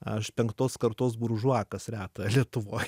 aš penktos kartos buržua kas reta lietuvoj